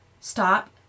stop